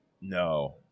No